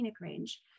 range